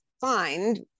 find